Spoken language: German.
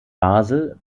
basel